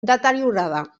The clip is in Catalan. deteriorada